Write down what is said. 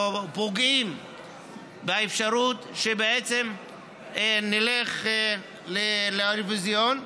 או פוגעים באפשרות שנלך לאירוויזיון.